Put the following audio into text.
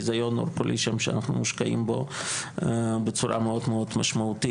חיזיון אור-קולי שם שאנחנו מושקעים בו בצורה מאוד משמעותית.